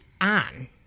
on